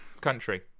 country